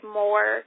more